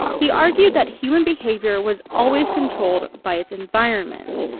he argued that human behavior was always controlled by its environment.